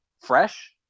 fresh